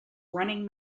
running